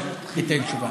אני בטוח שאתה תיתן תשובה.